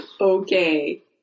Okay